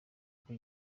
uko